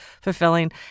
fulfilling